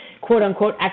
quote-unquote